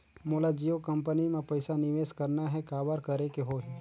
मोला जियो कंपनी मां पइसा निवेश करना हे, काबर करेके होही?